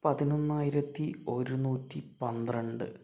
പതിനൊന്നായിരത്തി ഒരുന്നൂറ്റി പന്ത്രണ്ട്